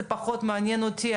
זה פחות מעניין אותי,